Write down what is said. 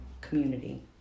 community